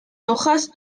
hojas